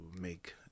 make